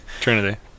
Trinity